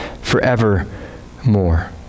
forevermore